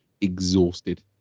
exhausted